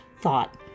thought